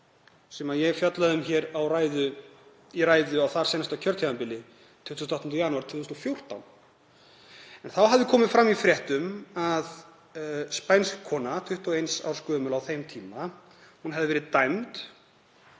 sem ég fjallaði um hér í ræðu á þarsíðasta kjörtímabili, 28. janúar 2014. Þá hafði komið fram í fréttum að spænsk kona, 21 árs gömul á þeim tíma, hefði verið dæmd